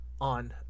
on